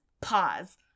pause